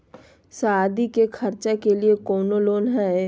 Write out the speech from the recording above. सादी के खर्चा के लिए कौनो लोन है?